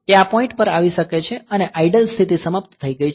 તે આ પોઈન્ટ પર આવી શકે છે અને આઇડલ સ્થિતિ સમાપ્ત થઈ ગઈ છે